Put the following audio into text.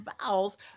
vowels